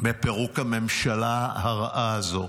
מפירוק הממשלה הרעה הזו,